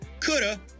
coulda